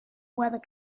weather